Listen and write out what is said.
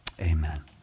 amen